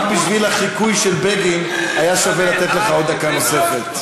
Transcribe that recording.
רק בשביל החיקוי של בגין היה שווה לתת לך דקה נוספת.